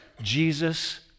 Jesus